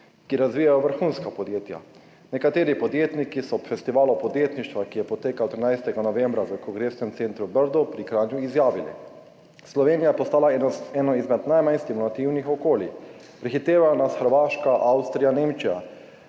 ki razvijajo vrhunska podjetja. Nekateri podjetniki so ob festivalu podjetništva, ki je potekal 13. novembra v Kongresnem centru Brdo pri Kranju, izjavili: »Slovenija je postala eno izmed najmanj stimulativnih okolij, prehitevajo nas Hrvaška, Avstrija, Nemčija